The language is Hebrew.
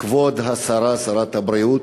כבוד השרה, שרת הבריאות,